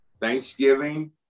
Thanksgiving